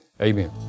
Amen